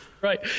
Right